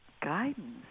guidance